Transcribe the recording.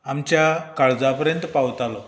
आमच्या काळजां पर्यंत पावतालो